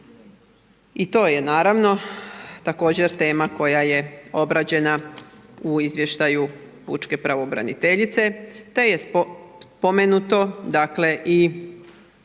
I to je naravno također tema koja je obrađena u izvještaju pučke pravobraniteljice te je spomenuo dakle i